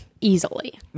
easily